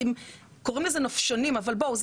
קוראים לזה נופשונים אבל בואו,